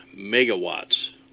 megawatts